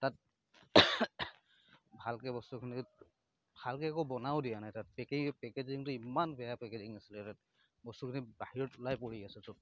তাত ভালকৈ বস্তুখিনি ভালকৈ একো বনায়ো দিয়া নাই তাত পেকেজিঙটো ইমান বেয়া পেকেজিং আছিলে তাত বস্তুখিনি বাহিৰত ওলাই পৰি আছে চব